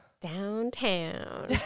Downtown